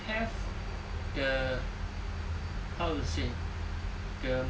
have the how to say the